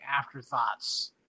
afterthoughts